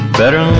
better